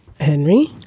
Henry